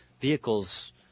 vehicles